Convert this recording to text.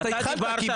אתה התחלת.